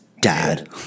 Dad